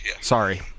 Sorry